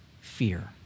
fear